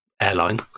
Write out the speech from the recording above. airline